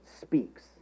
speaks